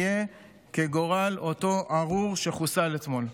יהיה כגורל אותו ארור שחוסל אתמול.